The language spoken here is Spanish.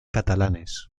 catalanes